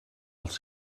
els